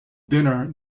dinner